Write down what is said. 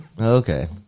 Okay